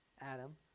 Adam